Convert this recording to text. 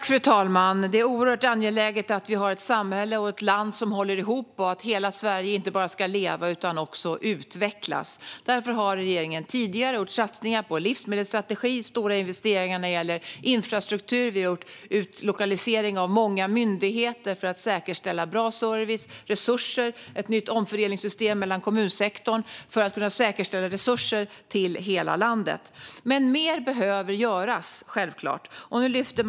Fru talman! Det är oerhört angeläget att vi har ett samhälle som håller ihop och att hela Sverige inte bara ska leva utan också utvecklas. Därför har regeringen tidigare gjort satsningar på en livsmedelsstrategi och stora investeringar i infrastruktur. Vi har gjort utlokaliseringar av många myndigheter för att säkerställa bra service och resurser och skapat ett nytt omfördelningssystem i kommunsektorn för att säkerställa resurser till hela landet. Men mer behöver självklart göras.